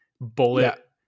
bullet